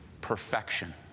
Perfection